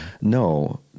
No